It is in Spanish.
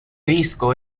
disco